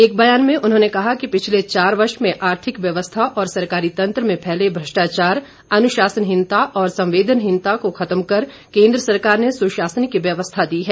एक ब्यान में उन्होंने कहा कि पिछले चार वर्ष में आर्थिक व्यवस्था और सरकारी तंत्र में फैले भ्रष्टाचार अनुशासनहीनता और संवेदनहीनता को खत्म कर केंद्र सरकार ने सुशासन की व्यवस्था दी है